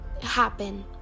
happen